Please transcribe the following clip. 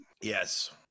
Yes